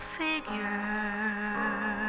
figure